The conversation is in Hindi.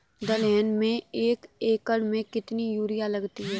दलहन में एक एकण में कितनी यूरिया लगती है?